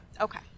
Okay